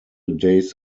days